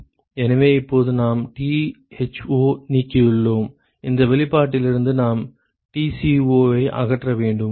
எனவே இப்போது நாம் Tho நீக்கியுள்ளோம் இந்த வெளிப்பாட்டிலிருந்து நாம் Tco ஐ அகற்ற வேண்டும்